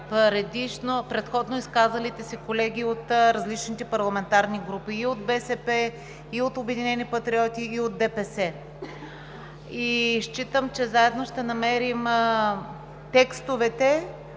предходно изказалите се колеги от различните парламентарни групи – и от БСП, и от „Обединени патриоти“, и от ДПС. Считам, че заедно ще намерим текстовете,